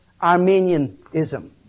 Armenianism